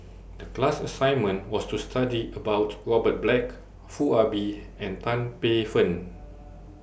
The class assignment was to study about Robert Black Foo Ah Bee and Tan Paey Fern